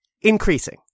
Increasing